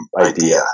idea